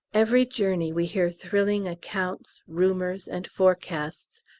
every journey we hear thrilling accounts, rumours, and forecasts,